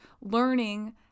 learning